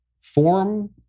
form